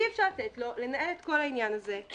אי אפשר לתת לו לנהל את כל העניין הזה.